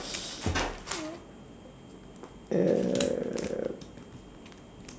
err